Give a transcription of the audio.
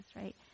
right